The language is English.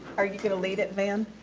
are you gonna lead it, van?